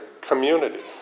community